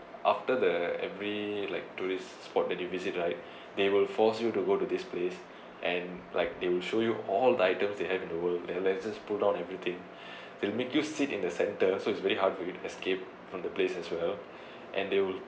after the every like tourist spot that you visit right they will force you to go to this place and like they will show you all the items they have in the world let's just pull down everything they'll make you sit in the centre so it's very hard for you to escape from the place as well and they will